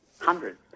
hundreds